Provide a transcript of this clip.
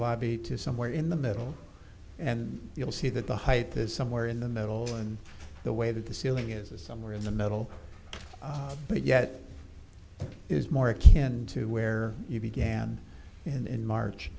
lobby to somewhere in the middle and you'll see that the hype is somewhere in the middle and the way to the ceiling is somewhere in the middle but yet is more akin to where you began in march